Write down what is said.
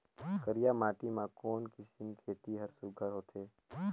करिया माटी मा कोन किसम खेती हर सुघ्घर होथे?